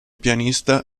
pianista